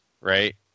right